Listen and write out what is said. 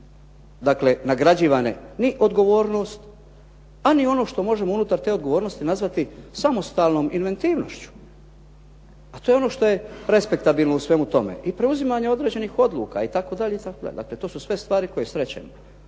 Dakle, nisu nagrađivane ni odgovornost, a ni ono što možemo unutar te odgovornosti nazvati samostalnom inventivnošću. A to je ono što je respektabilno u svemu tome i preuzimanju određenih odluka itd. dakle to su sve stvari koje srećemo.